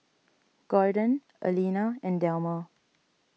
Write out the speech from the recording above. Gordon Aleena and Delmer